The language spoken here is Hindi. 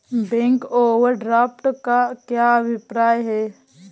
बैंक ओवरड्राफ्ट का क्या अभिप्राय है?